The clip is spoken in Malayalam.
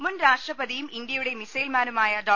മുൻ രാഷ്ട്രപതിയും ഇന്ത്യയുടെ മിസൈൽമാനുമായ ഡോ